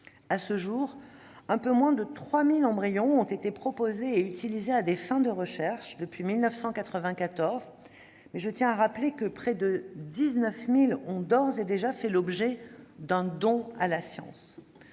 À ce jour, un peu moins de 3 000 embryons ont été proposés et utilisés à des fins de recherche depuis 1994, tandis que près de 19 000 ont d'ores et déjà fait l'objet d'un don à la science.